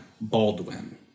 Baldwin